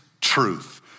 truth